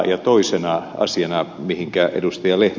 toisena asiana mihinkä ed